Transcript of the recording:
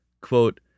Quote